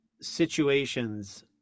situations